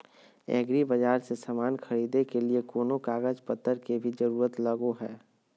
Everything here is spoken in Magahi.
एग्रीबाजार से समान खरीदे के लिए कोनो कागज पतर के भी जरूरत लगो है?